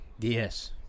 Yes